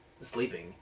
sleeping